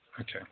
okay